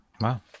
Wow